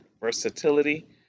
versatility